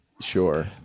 Sure